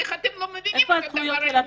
איך אתם לא מבינים את הדבר הזה?